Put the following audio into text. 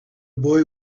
boy